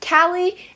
Callie